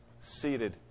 seated